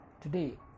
today